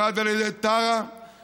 אחד על ידי טרה ואחד